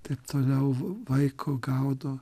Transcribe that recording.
taip toliau vaiko gaudo